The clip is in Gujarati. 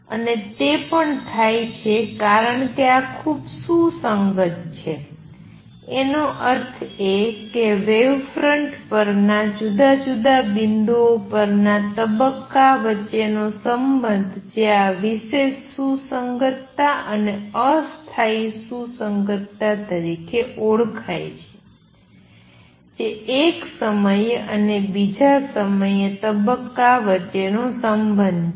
અને તે પણ થાય છે કારણ કે આ ખૂબ સુસંગત છે એનો અર્થ એ કે વેવફ્રન્ટ પરના જુદા જુદા બિંદુઓ પરના તબક્કા વચ્ચેનો સંબંધ જે આ વિશેષ સુસંગતતા અને અસ્થાયી સુસંગતતા તરીકે ઓળખાય છે જે એક સમયે અને બીજા સમયે તબક્કા વચ્ચેનો સંબંધ છે